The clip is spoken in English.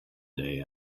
day